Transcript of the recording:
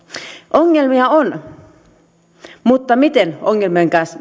ongelmia on mutta miten näiden ongelmien kanssa